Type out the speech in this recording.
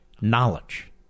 knowledge